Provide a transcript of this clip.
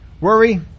Worry